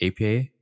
APA